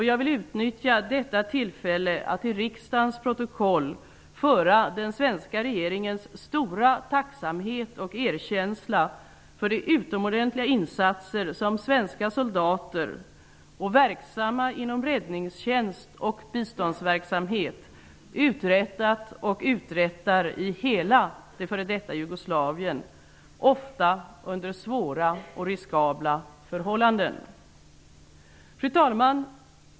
Jag vill utnyttja detta tillfälle att till riksdagens protokoll föra den svenska regeringens stora tacksamhet och erkänsla för de utomordentliga insatser som svenska soldater och verksamma inom räddningstjänst och biståndsverksamhet uträttat och uträttar i hela f.d. Jugoslavien, ofta under svåra och riskabla förhållanden. Fru talman!